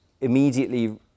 immediately